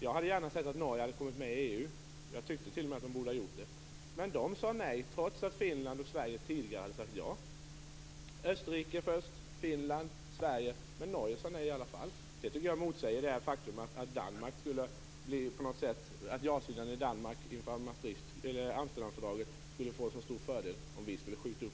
Jag hade gärna sett att Norge hade gått med i EU. Landet borde ha gjort det. Men Norge sade nej trots att Finland och Sverige tidigare hade sagt ja. Det var Österrike först och därefter Finland och Sverige. Norge sade i alla fall nej. Det motsäger det faktum att ja-sidan i Danmark skulle få en fördel om vi inte skjuter upp vårt beslut.